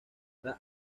las